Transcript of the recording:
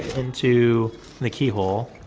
into the keyhole.